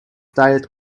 tired